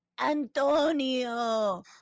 Antonio